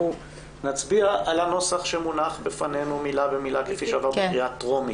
נצביע על הנוסח שמונח לפנינו מילה במילה כפי שעבר בקריאה טרומית,